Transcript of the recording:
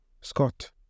Scott